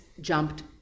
jumped